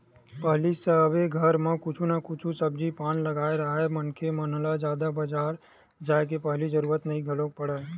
पहिली सबे घर म कुछु न कुछु सब्जी पान लगाए राहय मनखे मन ह जादा बजार जाय के पहिली जरुरत घलोक नइ पड़य